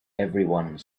everyone